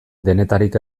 denetarik